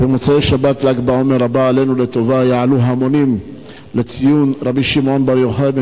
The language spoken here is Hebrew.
במוצאי-שבת ל"ג בעומר הבא עלינו לטובה יעלו המונים לציון הרשב"י במירון.